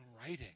writing